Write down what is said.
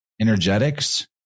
energetics